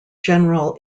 general